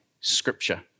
scripture